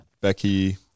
becky